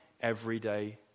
everyday